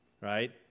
right